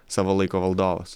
savo laiko valdovas